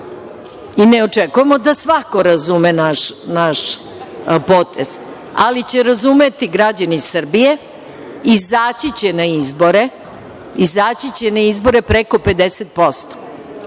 Ne očekujemo da svako razume naš potez. Ali će razumeti građani Srbije, izaći će na izbore.